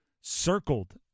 circled